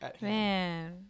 Man